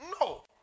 No